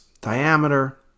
diameter